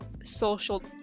social